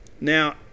Now